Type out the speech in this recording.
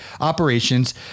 operations